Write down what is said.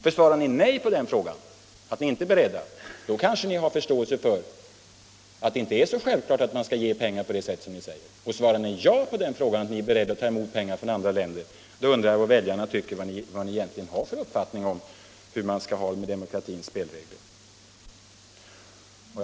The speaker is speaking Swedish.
För svarar ni nej på den frågan, dvs. att ni inte är beredda till detta, kanske ni har förståelse för att det inte är så självklart att man skall ge pengar på det sätt ni säger. Svarar ni ja på frågan om ni är beredda att ta emot pengar från andra länder, undrar jag vad väljarna tycker om er uppfattning av demokratins spelregler.